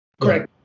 Correct